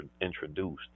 introduced